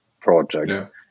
project